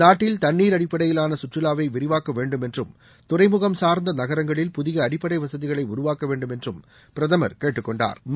நாட்டில் தண்ணீர் அடிப்படையிலான கற்றுலாவை விரிவாக்க வேண்டும் என்றும் துறைமுகம் சார்ந்த நகரங்களில் புதிய அடிப்படை வசதிகளை உருவாக்க வேண்டும் என்றும் பிரதமர் கேட்டுக்கொண்டாா்